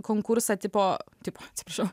konkursą tipo tipo atsiprašau